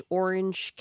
orange